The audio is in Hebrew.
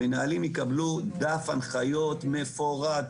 המנהלים יקבלו דף הנחיות מפורט,